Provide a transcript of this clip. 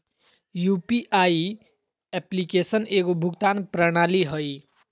UPI application एगो भुगतान प्रणाली हइ